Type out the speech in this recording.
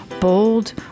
Bold